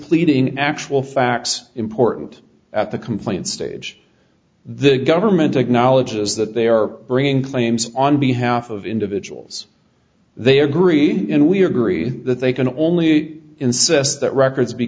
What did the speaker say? pleading actual facts important at the complaint stage the government acknowledges that they are bringing claims on behalf of individuals they are greedy and we agree that they can only insists that records be